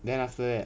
then after that